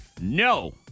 no